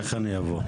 איך אני אבוא?